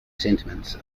sentiment